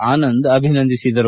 ಆನಂದ್ ಅಭಿನಂದಿಸಿದರು